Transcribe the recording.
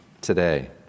today